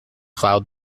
cloud